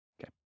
Okay